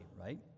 right